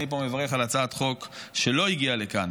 אני פה מברך על הצעת חוק שלא הגיעה לכאן.